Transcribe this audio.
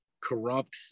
corrupt